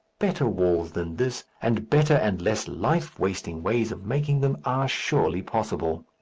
better walls than this, and better and less life-wasting ways of making them, are surely possible.